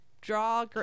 draw